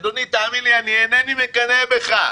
אדוני, תאמין לי, אני אינני מקנא בך.